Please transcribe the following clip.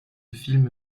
film